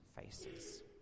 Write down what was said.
faces